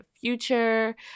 future